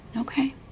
Okay